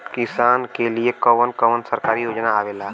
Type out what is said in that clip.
किसान के लिए कवन कवन सरकारी योजना आवेला?